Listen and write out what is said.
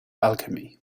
alchemy